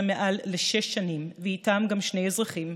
מעל לשש שנים ואיתם גם שני אזרחים,